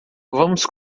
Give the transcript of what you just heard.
vamos